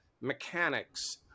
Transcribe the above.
mechanics